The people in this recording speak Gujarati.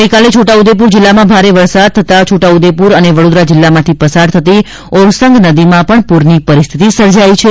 ગઇકાલે છોટ્ટા ઉદ્દેપુર જિલ્લામાં ભારે વરસાદ થતાં છોટ્ટા ઉદ્દેપુર અને વડોદરા જિલ્લામાંથી પસાર થતી ઓરસંગ નદીમાં પણ પૂરની પરિસ્થિતિ સર્જાઇ છે